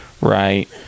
right